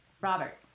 Robert